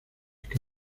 que